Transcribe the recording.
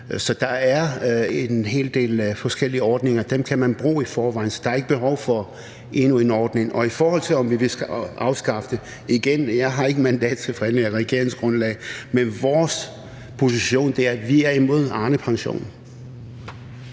der er en hel del forskellige ordninger, og dem kan man bruge i forvejen, så der er ikke behov for endnu en ordning. Og i forhold til om vi vil afskaffe den her ordning, vil jeg igen sige: Jeg har ikke mandat til at forhandle et regeringsgrundlag, men vores position er, at vi er imod Arnepensionen.